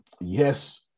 yes